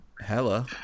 Hella